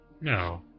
No